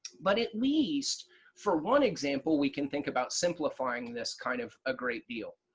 but at least for one example we can think about simplifying this kind of a great deal.